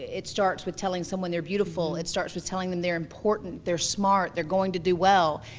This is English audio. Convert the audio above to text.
it starts with telling someone they're beautiful. it starts with telling them they're important, they're smart, they're going to do well.